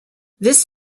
this